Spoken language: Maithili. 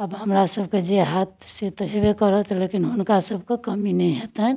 आब हमरा सबकऽ जे होयत से तऽ होयबे करत लेकिन हुनका सबकऽ कमी नहि हेतनि